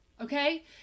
Okay